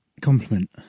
compliment